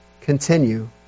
Continue